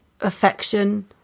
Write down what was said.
affection